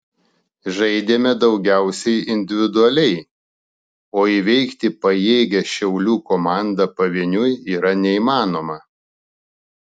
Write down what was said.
žaidėme daugiausiai individualiai o įveikti pajėgią šiaulių komandą pavieniui yra neįmanoma